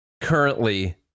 currently